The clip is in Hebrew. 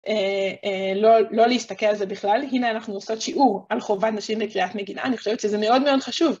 לא להסתכל על זה בכלל, הנה אנחנו עושות שיעור על חובת נשים לקריאת מגילה, אני חושבת שזה מאוד מאוד חשוב.